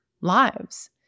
lives